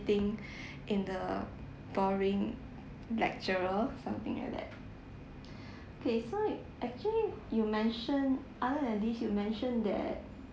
in the boring lecturer something like that K so actually you mentioned other than this you mentioned that